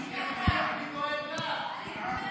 אני ואתה.